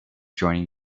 joining